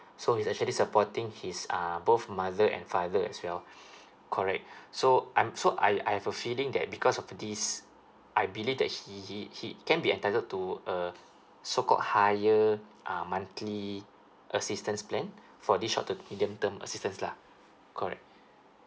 so he's actually supporting his uh both mother and father as well correct so I'm so I I have a feeling that because of these I believe that he he he can be entitled to uh so called hired uh monthly assistance plan for this short to medium term assistance lah correct